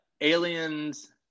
aliens